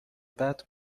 بعد